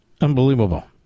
Unbelievable